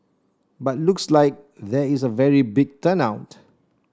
but looks like there is a very big turn out